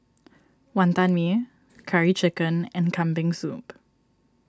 Wantan Mee Curry Chicken and Kambing Soup